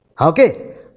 Okay